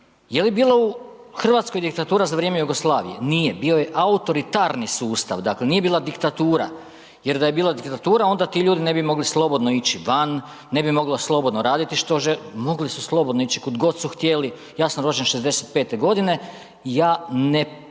Je li bila u RH diktatura za vrijeme Jugoslavije? Nije, bio je autoritarni sustav, dakle, nije bila diktatura, jer da je bila diktatura onda ti ljudi ne bi mogli slobodno ići van, ne bi mogli slobodno raditi što žele, mogli su slobodno ići kud god su htjeli, ja sam rođen 65.g. i ja ne sjećam